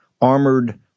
armored